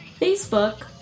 Facebook